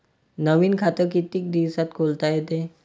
नवीन खात कितीक दिसात खोलता येते?